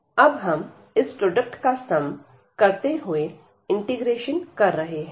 अब हम इस प्रोडक्ट का सम करते हुए इंटीग्रेशन कर रहे हैं